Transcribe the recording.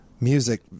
music